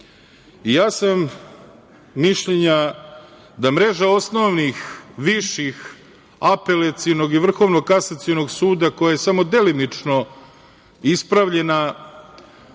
Ja sam mišljenja da mreža osnovnih viših, Apelacionog i Vrhovnog kasacionog suda, koja je samo delimično ispravljena